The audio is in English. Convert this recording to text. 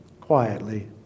quietly